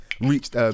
reached